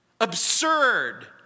absurd